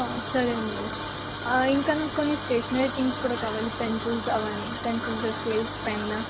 సరే మ్యాడమ్ ఇంకా నాకు కొన్ని స్టేషనరీ తింగ్స్ కూడా కావాలి పెన్సిల్స్ అవన్నీ పెన్సిల్స్ స్కేల్స్ పెన్ను